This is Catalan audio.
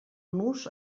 nus